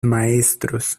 maestros